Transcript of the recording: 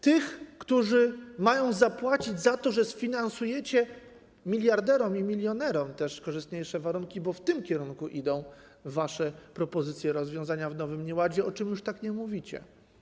Tych, którzy mają zapłacić za to, że sfinansujecie miliarderom i milionerom korzystniejsze warunki, bo w tym kierunku idą wasze propozycje i rozwiązania w nowym nieładzie, o czym już tak chętnie nie mówicie.